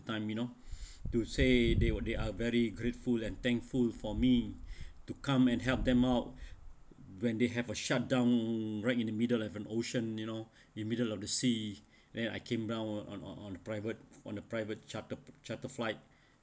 time you know to say they will they are very grateful and thankful for me to come and help them out when they have a shutdown right in the middle of an ocean you know in the middle of the sea then I came down on on on a private on a private charter charter flight